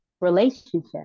Relationship